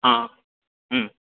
हँ हूँ